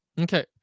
Okay